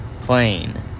plane